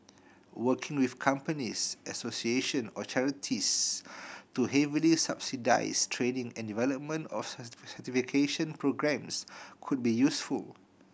working with companies association or charities to heavily subsidise training and development of certification programmes could be useful